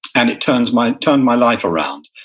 and it turned my turned my life around.